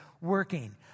working